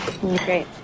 Great